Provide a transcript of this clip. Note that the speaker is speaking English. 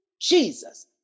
Jesus